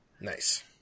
Nice